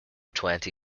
twenty